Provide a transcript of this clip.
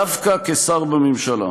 דווקא כשר בממשלה,